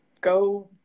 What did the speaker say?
go